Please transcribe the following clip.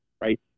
right